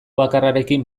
bakarrarekin